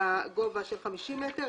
עשוי עץ"; הורידו את "גובה 50 מטר".